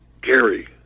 Gary